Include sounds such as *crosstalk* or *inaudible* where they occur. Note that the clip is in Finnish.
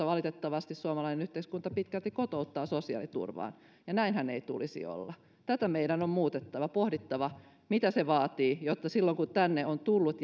*unintelligible* valitettavasti pitkälti kotouttaa sosiaaliturvaan ja näinhän ei tulisi olla tätä meidän on on muutettava pohdittava mitä se vaatii jotta silloin kun tänne on tullut *unintelligible*